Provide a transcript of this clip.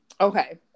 Okay